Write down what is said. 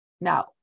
Now